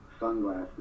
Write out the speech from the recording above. sunglasses